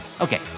Okay